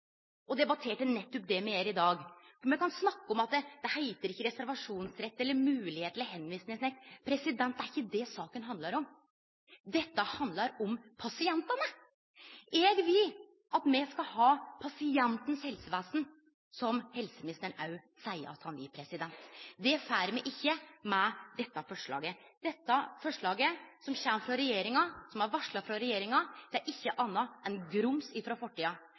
og debatterte nettopp det me gjer i dag. Me kan snakke om at det ikkje heiter reservasjonsrett eller moglegheit til tilvisingsnekt. Det er ikkje det saken handlar om. Dette handlar om pasientane. Eg vil at me skal ha pasienten sitt helsevesen, som helseministeren òg seier at han vil. Det får me ikkje med dette forslaget. Dette forslaget som er varsla frå regjeringa, er ikkje anna enn grums